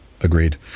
Agreed